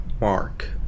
mark